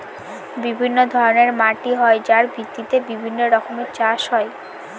বিভিন্ন ধরনের মাটি হয় যার ভিত্তিতে বিভিন্ন রকমের চাষ হয়